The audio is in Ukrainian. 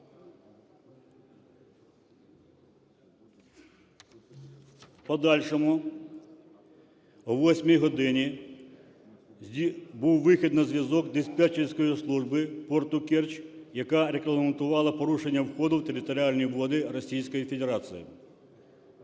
В подальшому, о 8 годині, був вихід на зв'язок диспетчерської служби порту Керч, яка регламентувала порушення входу в територіальні води